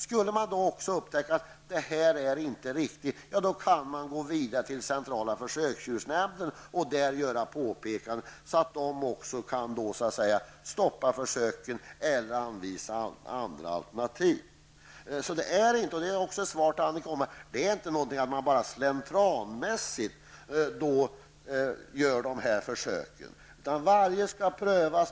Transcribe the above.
Skulle man då upptäcka att det är någonting som inte är riktigt, kan man gå vidare till centrala försöksdjursnämnden och där göra påpekanden, så att nämnden kan stoppa försöken eller anvisa andra alternativ. Man gör inte -- och det vill jag också säga till Annika Åhnberg -- de här försöken slentrianmässigt. Varje försök skall prövas.